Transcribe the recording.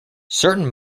certain